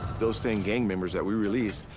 those same gang members that we release,